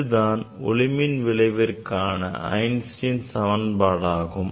இதுதான் ஒளிமின் விளைவிற்கான ஐன்ஸ்டீனின் சமன்பாடு ஆகும்